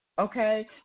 Okay